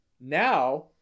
Now